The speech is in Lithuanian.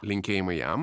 linkėjimai jam